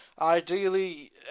Ideally